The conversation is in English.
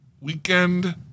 weekend